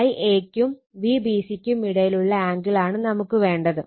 Ia ക്കും Vbc ക്കും ഇടയിലുള്ള ആംഗിൾ ആണ് നമുക്ക് വേണ്ടത്